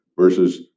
versus